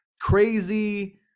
crazy